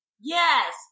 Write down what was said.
Yes